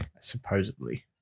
Supposedly